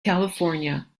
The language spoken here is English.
california